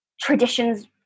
traditions